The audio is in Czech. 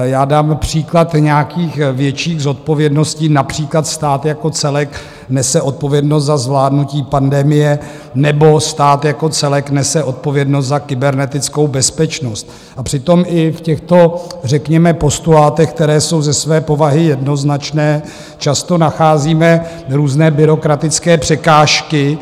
Já dám příklad nějakých větších zodpovědností, například stát jako celek nese odpovědnost za zvládnutí pandemie nebo stát jako celek nese odpovědnost za kybernetickou bezpečnost, a přitom i v těchto řekněme postulátech, které jsou ze své povahy jednoznačné, často nacházíme různé byrokratické překážky.